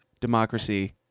democracy